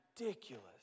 Ridiculous